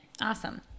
Awesome